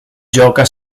gioca